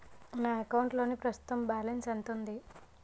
నా అకౌంట్ లోని ప్రస్తుతం బాలన్స్ ఎంత ఉంది?